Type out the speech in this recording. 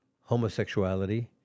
homosexuality